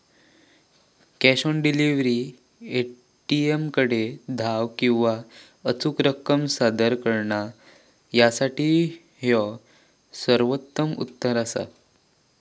cash on delivery, ए.टी.एमकडे धाव किंवा अचूक रक्कम सादर करणा यासाठी ह्यो सर्वोत्तम उत्तर असा